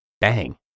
bang